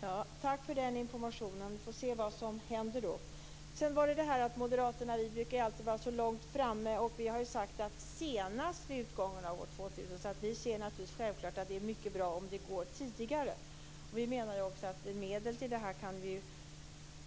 Herr talman! Tack för den informationen. Vi får se vad som händer. Vi moderater brukar ju alltid vara så långt framme. Vi har sagt senast vid utgången av år 2000. Vi ser naturligtvis att det är bra om det blir tidigare. Vi menar också att medel till detta